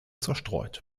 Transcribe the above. zerstreut